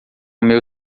meu